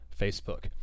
Facebook